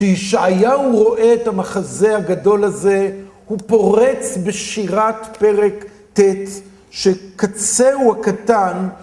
כשישעיהו רואה את המחזה הגדול הזה, הוא פורץ בשירת פרק ט' שקצהו הקטן